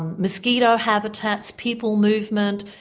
mosquito habitats, people movement,